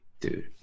Dude